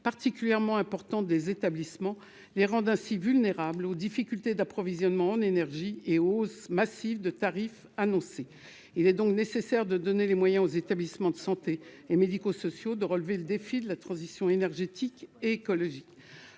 particulièrement important des établissements les rendent ainsi vulnérable aux difficultés d'approvisionnement en énergie et hausses massives de tarifs annoncées, il est donc nécessaire de donner les moyens aux établissements de santé et médico-sociaux de relever le défi de la transition énergétique et écologique,